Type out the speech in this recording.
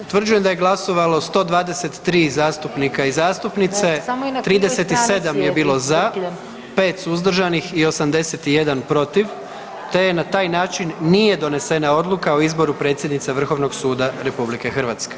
Utvrđujem da je glasovalo 123 zastupnika i zastupnice, 37 je bilo za, 5 suzdržanih i 81 protiv te je na taj način nije donesena Odluka o izboru predsjednice Vrhovnog suda RH.